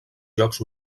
jocs